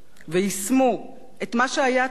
את מה שהיה צריך להיות מובן מאליו,